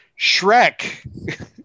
Shrek